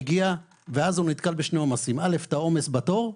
מטופל מגיע ואז הוא נתקל בשני עומסים: א' את העומס בתור.